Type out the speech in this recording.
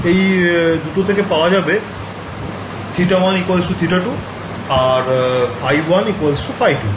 এই দুটো থেকে পাওয়া যাবে θ1 θ2 আর ϕ1 ϕ2